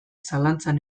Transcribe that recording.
zalantzan